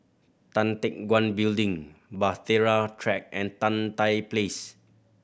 Tan Teck Guan Building Bahtera Track and Tan Tye Place